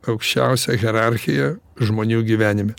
aukščiausią hierarchiją žmonių gyvenime